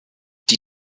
die